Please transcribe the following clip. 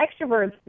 extroverts